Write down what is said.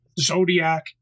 Zodiac